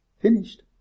Finished